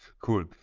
cool